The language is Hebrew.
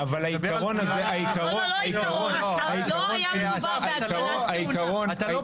אבל העיקרון הזה, העיקרון, העיקרון --- לא, לא.